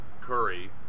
Curry